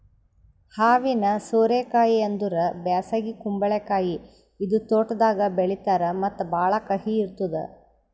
ಹಾವಿನ ಸೋರೆ ಕಾಯಿ ಅಂದುರ್ ಬ್ಯಾಸಗಿ ಕುಂಬಳಕಾಯಿ ಇದು ತೋಟದಾಗ್ ಬೆಳೀತಾರ್ ಮತ್ತ ಭಾಳ ಕಹಿ ಇರ್ತುದ್